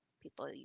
people